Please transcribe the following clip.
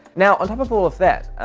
now on top of all of that,